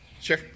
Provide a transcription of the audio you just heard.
Sure